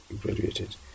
graduated